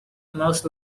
most